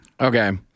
Okay